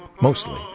mostly